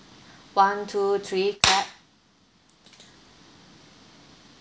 one two three clap